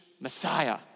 Messiah